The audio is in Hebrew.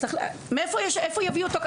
אז מאיפה, מאיפה יביאו?